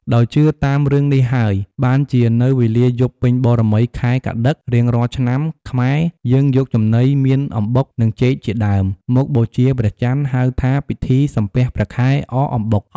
ដោយជឿតាមរឿងនេះហើយ បានជានៅវេលាយប់ពេញបូរមី ខែកត្តិក រៀងរាល់ឆ្នាំខ្មែរយើងយកចំណី មានអំបុក និងចេកជាដើម មកបូជាព្រះចន្ទ ហៅថាពិធីសំពះព្រះខែ អកអំបុក